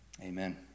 amen